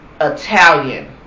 Italian